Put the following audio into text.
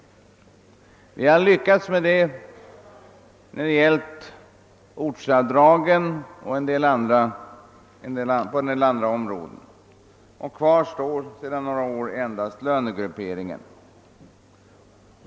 Vi har lyckats när det gällt ortsavdragen och en del andra ting, och kvar står sedan några år endast lönegrupperingen.